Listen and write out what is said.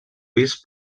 vist